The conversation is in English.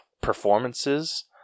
performances